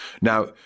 Now